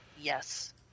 Yes